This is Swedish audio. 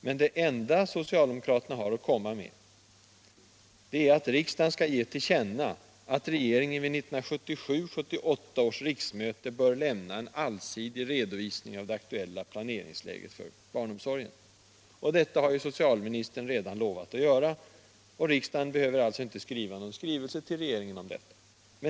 Men det enda socialdemokraterna har att komma med är att riksdagen skall ge till känna att regeringen vid 1977/78 års riksmöte bör lämna en allsidig redovisning av det aktuella planeringsläget för barnomsorgen. Detta har dock socialministern redan lovat att göra, och riksdagen behöver alltså inte utfärda någon skrivelse till regeringen om det.